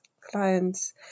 clients